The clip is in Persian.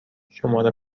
شماره